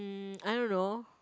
I don't know